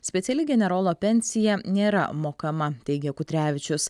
speciali generolo pensija nėra mokama teigė kutrevičius